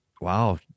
Wow